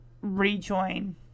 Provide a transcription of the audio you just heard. rejoin